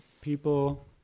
people